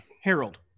harold